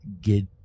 get